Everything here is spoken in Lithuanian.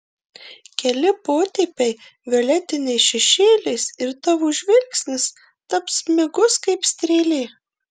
keli potėpiai violetiniais šešėliais ir tavo žvilgsnis taps smigus kaip strėlė